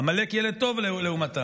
עמלק ילד טוב לעומתם.